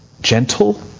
gentle